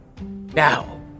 Now